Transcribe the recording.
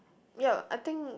ya I think